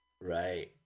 Right